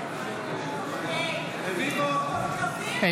אינו נוכח משה רוט, נגד